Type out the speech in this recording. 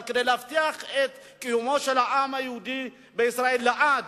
אבל כדי להבטיח את קיומו של העם היהודי בישראל לעד.